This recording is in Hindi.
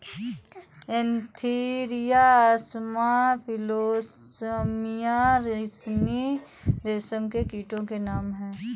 एन्थीरिया असामा फिलोसामिया रिसिनी रेशम के कीटो के नाम हैं